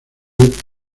del